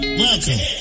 welcome